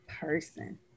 person